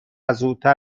زودتر